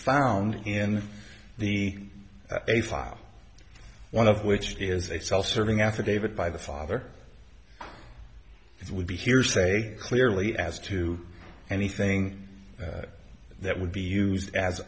found in the a file one of which is a self serving affidavit by the father it would be hearsay clearly as to anything that would be used as